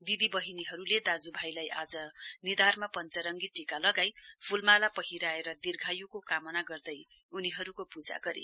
दिदी वहिनीहरुले दाज्यू भाईलाई आज निधारमा पञ्चरंगी टीका लगाई फूलमाला पहिराएर दीर्घायुको कामना गर्दै उनीहरुको पूजा गरे